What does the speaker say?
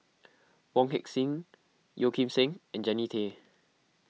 Wong Heck Sing Yeo Kim Seng and Jannie Tay